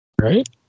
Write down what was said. Right